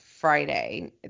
Friday